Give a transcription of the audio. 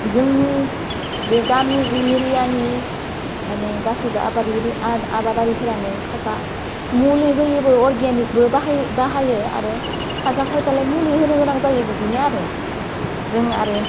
जोंनि बे गामि इरियानि माने गासैबो आबाद इरि आबादारिफोरानो खायफा मुलि होयोबो अरगेनिकबो बाहाय बाहायो आरो खायफा खायफालाइ मुलि होनो गोनां जायो बिदिनो आरो जों आरो